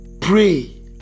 Pray